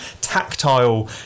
tactile